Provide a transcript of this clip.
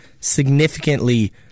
significantly